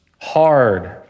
hard